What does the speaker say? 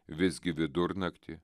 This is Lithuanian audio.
visgi vidurnaktį